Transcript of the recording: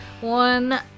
One